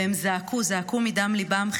והם זעקו, זעקו מדם ליבם.